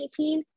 2018